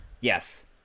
Yes